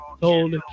told